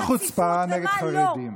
ויותר חוצפה, נגד חרדים.